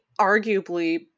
arguably